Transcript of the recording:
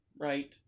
right